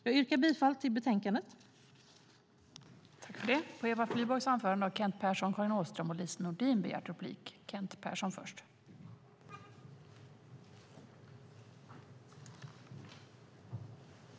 Jag yrkar bifall till utskottets förslag i betänkandet.